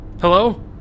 Hello